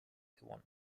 gewonnen